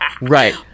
right